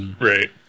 Right